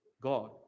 God